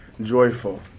joyful